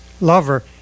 lover